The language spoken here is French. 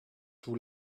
tout